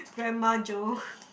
grandma Jo